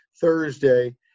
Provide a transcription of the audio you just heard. Thursday